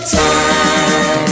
time